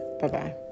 Bye-bye